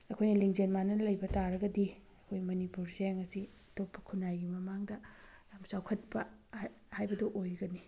ꯑꯩꯈꯣꯏꯅ ꯂꯤꯡꯖꯦꯜ ꯃꯥꯟꯅꯅ ꯂꯩꯕ ꯇꯥꯔꯒꯗꯤ ꯑꯩꯈꯣꯏ ꯃꯅꯤꯄꯨꯔꯁꯦ ꯉꯁꯤ ꯑꯇꯣꯞꯄ ꯈꯨꯅꯥꯏꯒꯤ ꯃꯃꯥꯡꯗ ꯌꯥꯝ ꯆꯥꯎꯈꯠꯄ ꯍꯥꯏꯕꯗꯨ ꯑꯣꯏꯒꯅꯤ